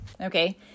Okay